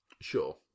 Sure